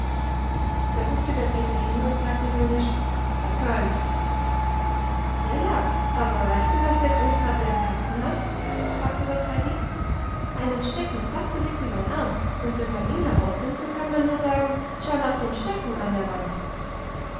da guckte der peter hin und sagte höhnisch hat keins ja ja aber weißt du was der großvater im kasten hat fragte das heidi einen stecken fast so dick wie mein arm und wenn man ihn herausnimmt so kann man nur sagen schau nach dem stecken an der wand